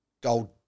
gold